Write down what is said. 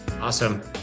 Awesome